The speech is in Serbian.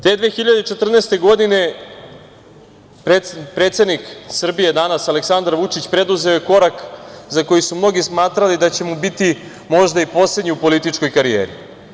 Te 2014. godine predsednik Srbije, danas Aleksandar Vučić, preduzeo je korak za koji su mnogi smatrali da će mu biti možda i poslednji u političkoj karijeri.